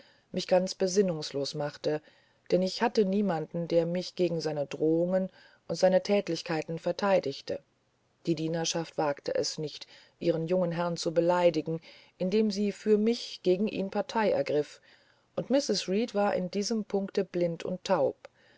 mich ganz besinnungslos machte denn ich hatte niemanden der mich gegen seine drohungen und seine thätlichkeiten verteidigte die dienerschaft wagte es nicht ihren jungen herren zu beleidigen indem sie für mich gegen ihn partei ergriff und mrs reed war in diesem punkte blind und taub